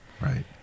Right